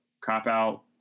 cop-out